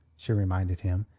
she reminded him,